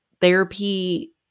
therapy